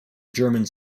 germans